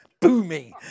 Boomy